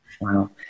wow